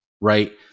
right